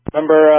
Number